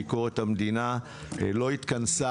אני חייב לומר לכם שהוועדה לביקורת המדינה לא התכנסה